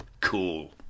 cool